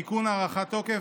(תיקון) (הארכת תוקף),